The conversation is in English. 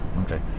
Okay